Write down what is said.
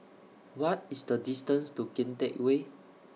What IS The distance to Kian Teck Way